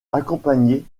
accompagné